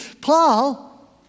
Paul